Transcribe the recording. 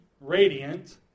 radiant